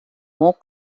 more